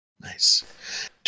Nice